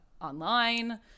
online